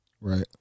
Right